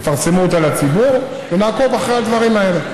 יפרסמו אותה לציבור, ונעקוב אחרי הדברים האלה.